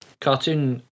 cartoon